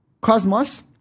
Cosmos